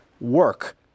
work